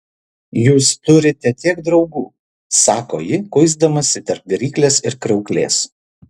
jūs turite tiek draugų sako ji kuisdamasi tarp viryklės ir kriauklės